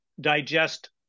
digest